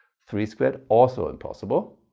three squared also impossible.